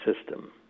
system